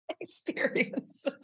experience